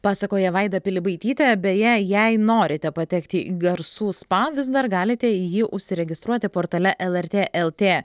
pasakoja vaida pilibaitytė beje jei norite patekti į garsų spa vis dar galite į jį užsiregistruoti portale lrt lt